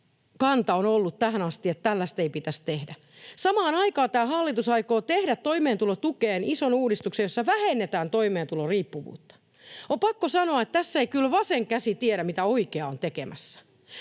kanta on ollut tähän asti, että tällaista ei pitäisi tehdä. Samaan aikaan tämä hallitus aikoo tehdä toimeentulotukeen ison uudistuksen, jossa vähennetään toimeentuloriippuvuutta. On pakko sanoa, että tässä ei kyllä vasen käsi tiedä, mitä oikea on tekemässä.